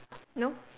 no